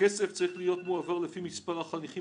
הכסף צריך להיות מועבר לפי מספר החניכים